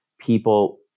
people